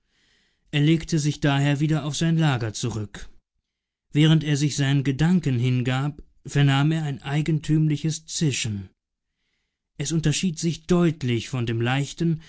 er legte sich daher wieder auf sein lager zurück während er sich seinen gedanken hingab vernahm er ein eigentümliches zischen es unterschied sich deutlich von dem leichten